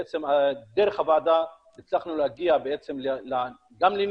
בעצם דרך הוועדה הצלחנו להגיע גם לנתונים,